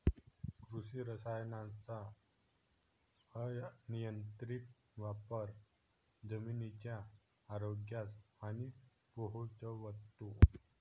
कृषी रसायनांचा अनियंत्रित वापर जमिनीच्या आरोग्यास हानी पोहोचवतो